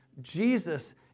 Jesus